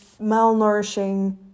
malnourishing